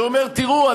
שאומר: תראו,